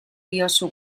diozu